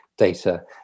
Data